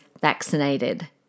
vaccinated